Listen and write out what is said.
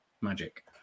Magic